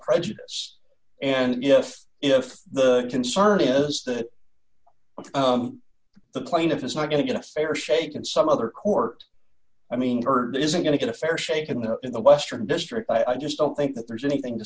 prejudice and if if the concern is that well the plaintiff is not going to get a fair shake in some other court i mean murder isn't going to get a fair shake in the in the western district i just don't think that there's anything to